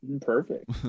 perfect